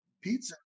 Pizza